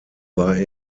war